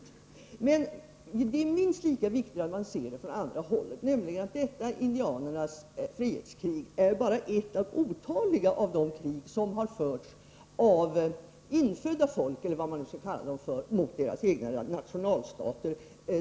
Men det är minst lika viktigt att man ser det från andra hållet, nämligen att detta indianernas frihetskrig bara är ett av otaliga krig som har förts av ”infödda” folk som har behövt försvara sig mot sina egna nationalstater.